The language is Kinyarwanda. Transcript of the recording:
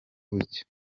bucya